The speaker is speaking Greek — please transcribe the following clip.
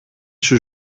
σου